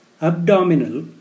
Abdominal